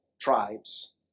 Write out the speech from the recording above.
tribes